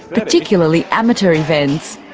particularly amateur events.